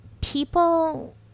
people